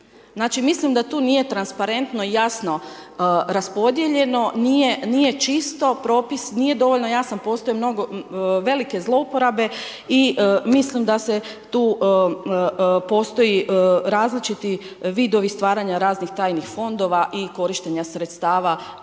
Znači mislim da tu nije transparentno i jasno raspodijeljeno, nije čisto, nije dovoljno jasno, postoje mnogo velike zlouporabe i mislim da tu postoji različiti vidovi stvaranja raznih tajnih fondova i korištenja sredstava